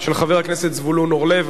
של חבר הכנסת מקלב וקבוצת